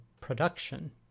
production